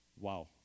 Wow